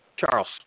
Charles